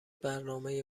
برنامه